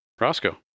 Roscoe